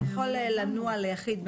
זה יכול לנוע ליחיד,